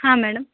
ಹಾಂ ಮೇಡಮ್